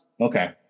Okay